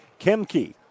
Kemke